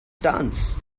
dance